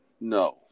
No